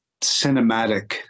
cinematic